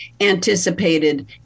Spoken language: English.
anticipated